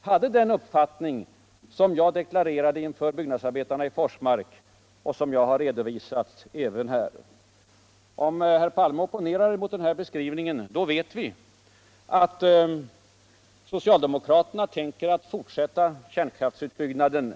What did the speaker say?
hade den uppfattning som jag deklarerade inför byggnadsarbetarna i Forsmark och som jag har redovisat även här. Om herr Palme opponerar mot den här beskrivningen. då vet vi att socialdemokraterna tänker fortsätta kärnkraftsutbyggnaden.